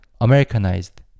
Americanized